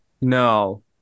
No